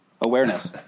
Awareness